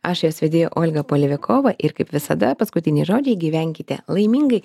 aš jos vedėja olga polevikova ir kaip visada paskutiniai žodžiai gyvenkite laimingai